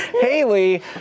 Haley